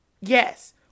Yes